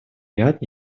ряд